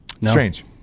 Strange